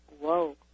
whoa